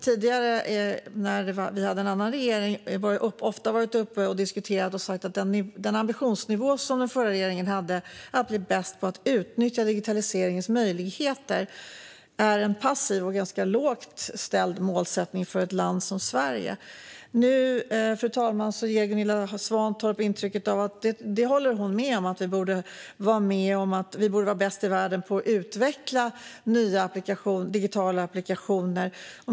Tidigare, när vi hade en annan regering, var jag ofta uppe och sa att den ambitionsnivå som den dåvarande regeringen hade, att bli bäst på att utnyttja digitaliseringens möjligheter, är en passiv och ganska lågt ställd målsättning för ett land som Sverige. Nu ger Gunilla Svantorp intryck av att hon håller med om att vi borde vara med och se till att vara bäst i världen på att utveckla nya digitala applikationer.